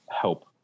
help